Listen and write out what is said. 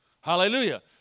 Hallelujah